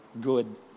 good